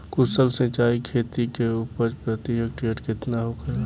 कुशल सिंचाई खेती से उपज प्रति हेक्टेयर केतना होखेला?